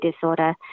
disorder